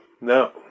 No